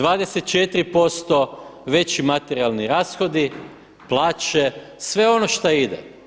24% veći materijalni rashodi, plaće, sve ono šta ide.